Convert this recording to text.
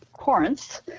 Corinth